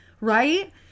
Right